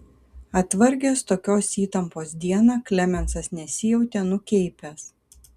atvargęs tokios įtampos dieną klemensas nesijautė nukeipęs